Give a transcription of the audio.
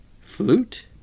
Flute